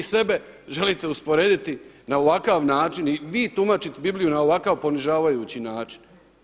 Vi sebe želite usporediti na ovakav način i vi tumačite Bibliju na ovakav ponižavajući način.